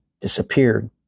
disappeared